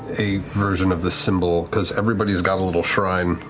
a version of the symbol, because everybody's got a little shrine,